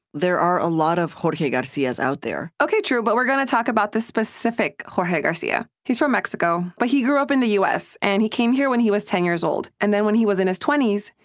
there are a lot of jorge garcias out there ok, true. but we're going to talk about this specific jorge garcia. he's from mexico, but he grew up in the u s. and he came here when he was ten years old. and then when he was in his twenty s,